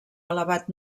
elevat